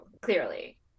clearly